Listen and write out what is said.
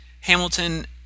Hamilton